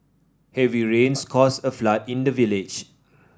heavy rains caused a flood in the village